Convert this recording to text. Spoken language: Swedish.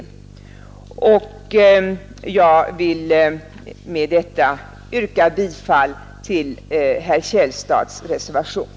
Jag vill med detta yrka bifall till reservationen av herrar Källstad och Enlund.